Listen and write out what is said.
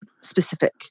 specific